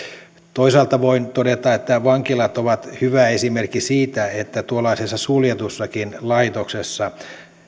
toisaalta voin todeta että vankilat ovat hyvä esimerkki siitä että tuollaisessa suljetussakin laitoksessa